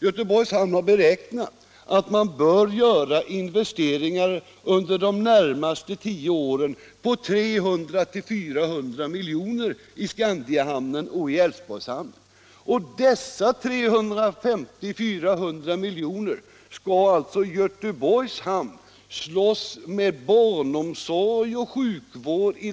Göteborgs hamn har beräknat att man under de närmaste tio åren bör göra investeringar på 300-400 milj.kr. i Skandiahamnen och i Älvsborgshamnen. För att få denna post om 300-400 milj.kr. måste Göteborgs hamn i den kommunala investeringsbudgeten slåss med andra poster, t.ex. barnomsorg, sjukvård m.m.